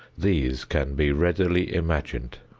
these can be readily imagined.